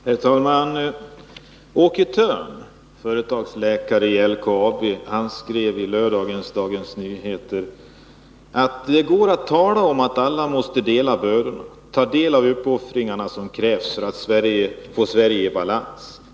Herr talman! Åke Thörn, företagsläkare vid LKAB, skrev i lördagens Dagens Nyheter: ”Det går att tala om att alla måste dela bördorna, ta del av uppoffringarna som krävs för att få Sverige i balans.